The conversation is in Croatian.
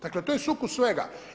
Dakle, to je sukus svega.